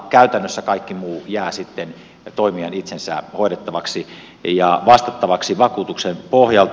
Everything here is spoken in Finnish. käytännössä kaikki muu jää sitten toimijan itsensä hoidettavaksi ja vastattavaksi vakuutuksen pohjalta